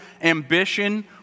ambition